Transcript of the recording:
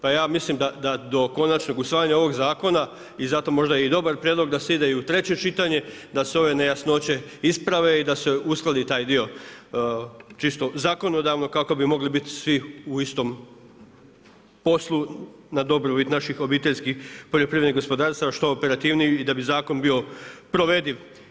Pa ja mislim da do konačnog usvajanja ovog zakona i zato je možda i dobar prijedlog da se ide i u treće čitanje da se ove nejasnoće isprave i da se uskladi taj dio čisto zakonodavno kako bi mogli biti svi u istom poslu na dobrobit naših obiteljskih poljoprivrednih gospodarstava što operativniji i da bi zakon bio provediv.